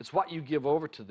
it's what you give over to